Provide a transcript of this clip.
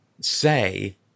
say –